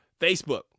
Facebook